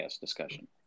discussion